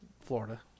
Florida